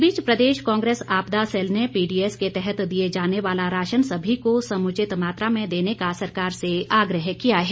इस बीच प्रदेश कांग्रेस आपदा सेल ने पीडीएस के तहत दिए जाने वाला राशन सभी को समुचित मात्रा में देने का सरकार से आग्रह किया है